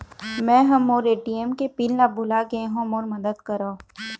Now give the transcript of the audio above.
मै ह मोर ए.टी.एम के पिन ला भुला गे हों मोर मदद करौ